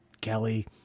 Kelly